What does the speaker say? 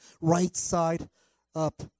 right-side-up